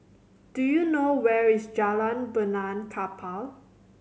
do you know where is Jalan Benaan Kapal